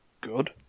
good